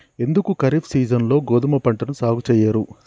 ఎందుకు ఖరీఫ్ సీజన్లో గోధుమ పంటను సాగు చెయ్యరు?